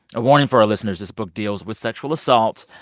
a warning for our listeners this book deals with sexual assault.